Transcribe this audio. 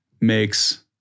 makes